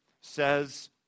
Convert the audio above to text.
says